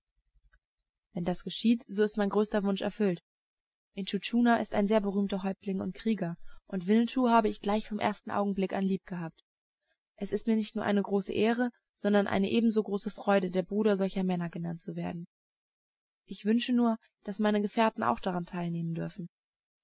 wenn das geschieht so ist mein größter wunsch erfüllt intschu tschuna ist ein sehr berühmter häuptling und krieger und winnetou habe ich gleich vom ersten augenblicke an lieb gehabt es ist mir nicht nur eine große ehre sondern eine ebenso große freude der bruder solcher männer genannt zu werden ich wünsche nur daß meine gefährten auch daran teilnehmen dürfen